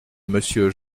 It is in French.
monsieur